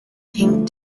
pink